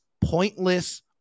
pointless